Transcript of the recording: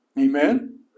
amen